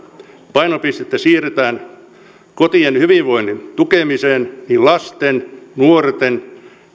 painopistettä siirretään kotien hyvinvoinnin tukemiseen niin lasten nuorten